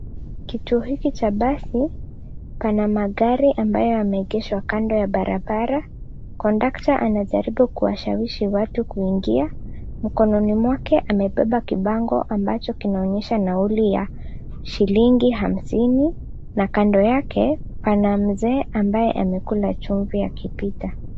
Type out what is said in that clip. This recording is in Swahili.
Kituo hiki cha basi pana magari ambayo yameegeshwa kando ya barabara. Kondakta anajaribu kuwashawishi watu kuingia ndani. Mkononi mwake amebeba kibango ambacho kinaonesha nauli ya shilingi hamsini na kando yake pana mzee ambaye amekula chumvi akipita.